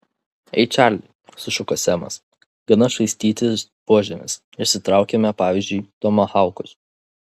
ei čarli sušuko semas gana švaistytis buožėmis išsitraukiame pavyzdžiui tomahaukus